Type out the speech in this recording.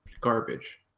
garbage